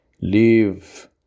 leave